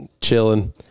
chilling –